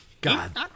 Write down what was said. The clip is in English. God